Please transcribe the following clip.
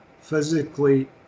physically